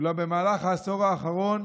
אולם במהלך העשור האחרון